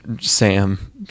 Sam